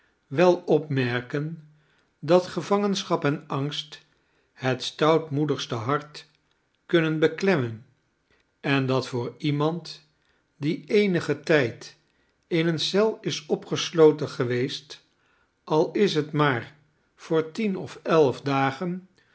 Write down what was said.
wel opmerken dat gevangenschap en angst het stoutmoedigste hart kunnen beklemmen en dat voor iemand die eenigen tijd in eene eel is opgesloten geweest al is het maar voor tien of elf dagen